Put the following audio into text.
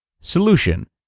Solution